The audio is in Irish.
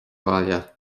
bhaile